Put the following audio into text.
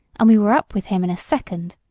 and we were up with him in a second.